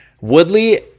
Woodley